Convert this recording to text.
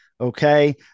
okay